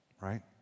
Right